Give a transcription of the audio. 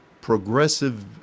progressive